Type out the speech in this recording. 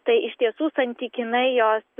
tai iš tiesų santykinai jos